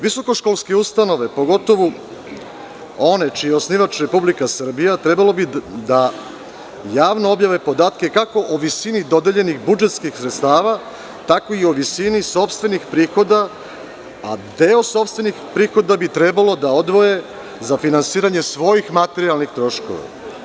Visoko školske ustanove, pogotovo one čiji je osnivač Republika Srbija, trebalo bi da javno objave podatke, kako o visini dodeljenih budžetskih sredstava, tako i o visini sopstvenih prihoda, a deo sopstvenih prihoda bi trebalo da odvoje za finansiranje svojih materijalnih troškova.